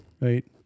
right